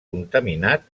contaminat